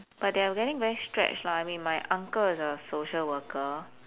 but they are really very stretched lah I mean my uncle is a social worker